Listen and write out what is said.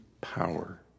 power